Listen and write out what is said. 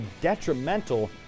detrimental